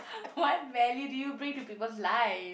what value do you bring to people's life